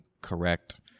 correct